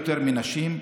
מנשים,